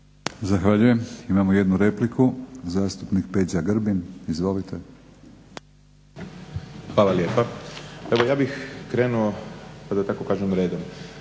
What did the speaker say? Zahvaljujem. Imamo jednu repliku, zastupnik Peđa Grbin. Izvolite. **Grbin, Peđa (SDP)** Hvala lijepa. Evo ja bih krenuo da tako kažem redom.